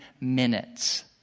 minutes